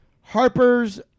Harper's